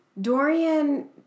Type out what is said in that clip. Dorian